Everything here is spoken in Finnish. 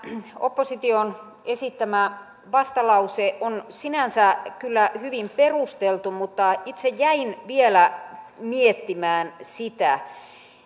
opposition esittämä vastalause on sinänsä kyllä hyvin perusteltu mutta itse jäin vielä miettimään sitä